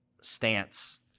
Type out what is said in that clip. stance